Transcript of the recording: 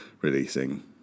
releasing